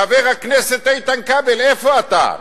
חבר הכנסת איתן כבל, איפה אתה?